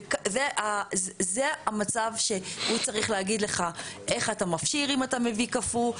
הוא צריך להגיד לך איך אתה מפשיר אם אתה מביא קפוא.